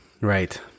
Right